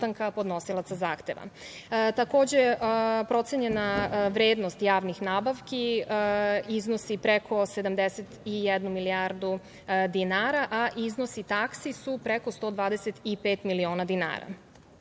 zahteva. Takođe, procenjena vrednost javnih nabavki iznosi preko 71 milijardu dinara, a iznosi taksi su preko 125 miliona dinara. Imali